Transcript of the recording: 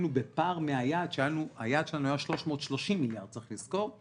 היינו בפער מהיעד שהיה 330 מיליארד, צריך לזכור,